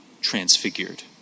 transfigured